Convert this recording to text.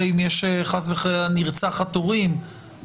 אם יש חס וחלילה נרצחת הורים --- בלי ילדים.